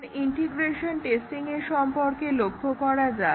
এবার ইন্টিগ্রেশন টেস্টিংয়ের সম্পর্কে লক্ষ্য করা যাক